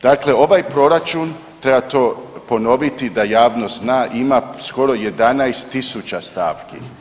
Dakle, ovaj proračun treba to ponoviti da javnost zna ima skoro 11.000 stavki.